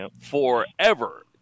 forever